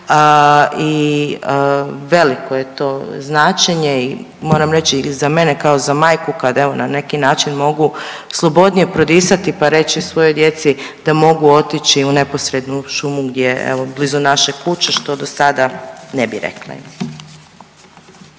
i veliko je to značenje i moram reći i za mene kao za majku kad evo na neki način mogu slobodnije prodisati pa reći svojoj djeci da mogu otići u neposrednu šumu gdje evo blizu naše kuće što dosada ne bi rekla